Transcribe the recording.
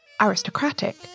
Aristocratic